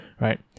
right